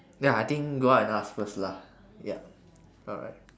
ya I think go out and ask first lah yup alright